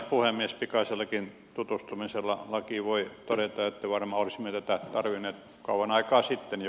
pikaisellakin tutustumisella lakiin voi todeta että varmaan olisimme tätä tarvinneet kauan aikaa sitten jo